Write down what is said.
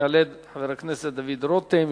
יעלה חבר הכנסת דוד רותם,